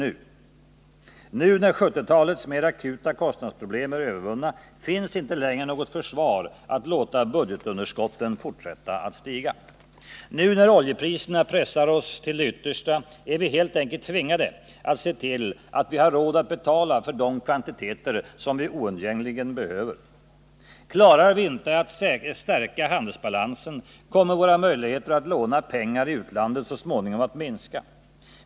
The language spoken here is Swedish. Nu när 1970-talets mer akuta kostnadsproblem är övervunna, finns inte längre något försvar för att låta budgetunderskottet fortsätta att stiga. Nu när oljepriserna pressar oss till det yttersta, är vi helt enkelt tvingade att se till att vi har råd att betala för de kvantiteter som vi oundgängligen behöver. Klarar vi inte att stärka handelsbalansen, kommer våra möjligheter att låna pengar i utlandet så småningom att minskas.